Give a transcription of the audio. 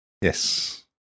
Yes